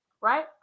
right